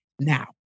now